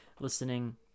Listening